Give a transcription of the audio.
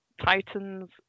Titans